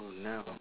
now